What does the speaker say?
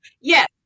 Yes